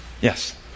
Yes